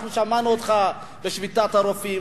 אנחנו שמענו אותך בשביתת הרופאים.